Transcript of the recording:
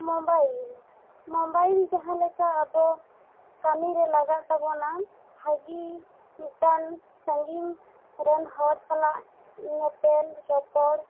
mobile mobile ᱡᱟᱦᱟᱸ ᱞᱮᱠᱟ ᱟᱵᱚ ᱠᱟᱹᱢᱤ ᱨᱮ ᱞᱟᱜᱟᱜ ᱛᱟᱵᱚᱱᱟ ᱵᱷᱟᱜᱮ ᱢᱤᱫᱴᱟᱝ ᱥᱟᱺᱜᱤᱧ ᱨᱮᱱ ᱦᱚᱲ ᱥᱟᱞᱟᱜ ᱧᱮᱯᱮᱞ ᱨᱚᱯᱚᱲ